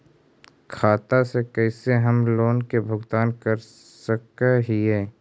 खाता से कैसे हम लोन के भुगतान कर सक हिय?